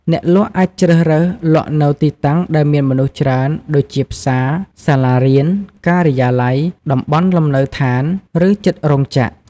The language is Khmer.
អ្នកលក់អាចជ្រើសរើសលក់នៅទីតាំងដែលមានមនុស្សច្រើនដូចជាផ្សារ សាលារៀន ការិយាល័យ តំបន់លំនៅដ្ឋាន ឬជិតរោងចក្រ។